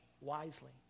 wisely